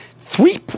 three